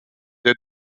der